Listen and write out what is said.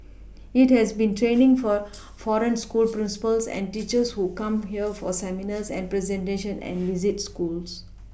it has been training for foreign school principals and teachers who come here for seminars and presentation and visit schools